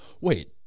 Wait